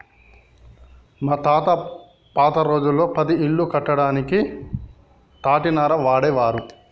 మా తాత పాత రోజుల్లో పది ఇల్లు కట్టడానికి తాటినార వాడేవారు